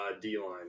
d-line